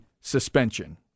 suspension